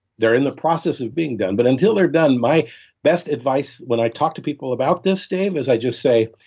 they're in the process of being done. but until they're done, my best advice when i talk to people about this, dave, is i just say,